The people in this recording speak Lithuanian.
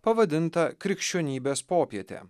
pavadinta krikščionybės popietė